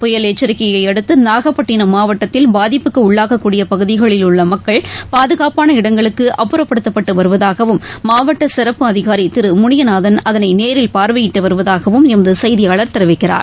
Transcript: புயல் எச்சிக்கையைஅடுத்து நாகப்பட்டினம் மாவட்டத்தில் பாதிப்புக்குஉள்ளாகக்கூடியபகுதிகளில் பாதுகாப்பான இடங்களுக்குஅப்புறப்படுத்தப்பட்டுவருவதாகவும் உள்ளமக்கள் மாவட்டசிறப்பு அதிகாரிதிருமுனியநாதன் அதனைநேரில் பார்வையிட்டுவருவதாகவும் எமதுசெய்தியாளர் தெரிவிக்கிறார்